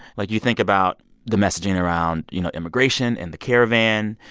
like, you think about the messaging around, you know, immigration and the caravan.